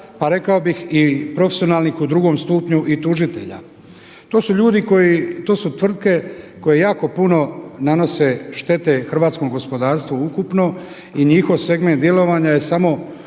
pa rekao bih i profesionalnih u drugom stupnju i tužitelja. To su tvrtke koje jako puno nanose štete hrvatskom gospodarstvu ukupno i njihov segment djelovanja je samo